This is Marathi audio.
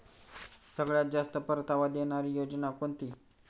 सगळ्यात जास्त परतावा देणारी योजना कोणती?